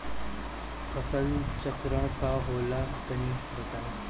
फसल चक्रण का होला तनि बताई?